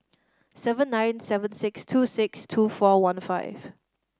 seven nine seven six two six two four one five